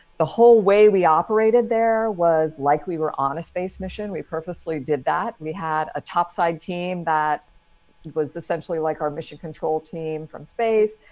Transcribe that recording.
the whole way we operated there was like we were on a space mission. we purposely did that. we had a topside team that was essentially like our mission control team from space.